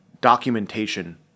documentation